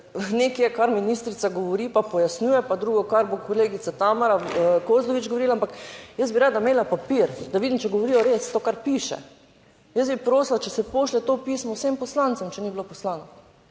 nekaj je kar ministrica govori pa pojasnjuje, pa drugo kar bo kolegica Tamara Kozlovič govorila, ampak jaz bi rada imela papir, da vidim, če govorijo res to, kar piše. Jaz bi prosila, če se pošlje to pismo vsem poslancem, če ni bilo poslano,